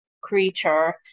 creature